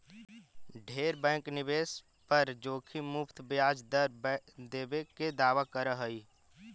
ढेर बैंक निवेश पर जोखिम मुक्त ब्याज दर देबे के दावा कर हई